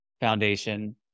Foundation